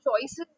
choices